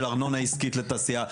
של ארנונה עסקית לתעשייה,